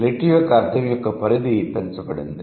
lit యొక్క అర్ధం యొక్క పరిధి పెంచబడింది